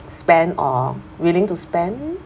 spend or willing to spend